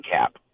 cap